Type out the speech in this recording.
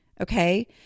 Okay